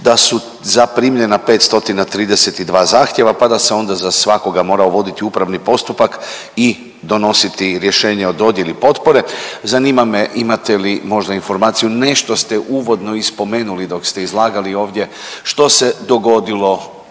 da su zaprimljena 532 zahtjeva pa da se onda za svakoga morao voditi upravni postupak i donositi rješenje o dodjeli potpore. Zanima me imate li možda informaciju nešto ste uvodno i spomenuli dok ste izlagali ovdje što se dogodilo, znam